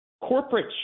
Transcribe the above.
corporate